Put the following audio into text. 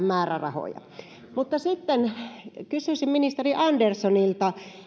määrärahoja sitten kysyisin ministeri anderssonilta